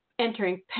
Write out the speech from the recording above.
Entering